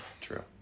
true